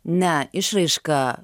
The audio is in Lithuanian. ne išraiška